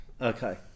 okay